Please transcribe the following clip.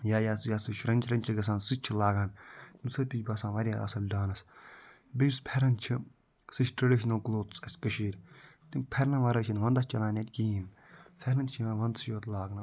یا یَس یَس سُہ شروٕنۍ شروٕنۍ چھِ گژھان سُہ تہِ چھِ لاگان تٔمۍ سۭتۍ تہِ چھِ باسان واریاہ اَصٕل ڈانَس بیٚیہِ یُس پھٮ۪رَن چھِ سُہ چھِ ٹریڈِشنَل کُلوتھٕس اَسہِ کٔشیٖرِ تِمہِ پھٮ۪رنہٕ وَرٲے چھِنہٕ وَنٛدَس چلان یٔتہِ کِہیٖنۍ پھٮ۪رَن چھِ یِوان وَنٛدسٕے یوت لاگنہٕ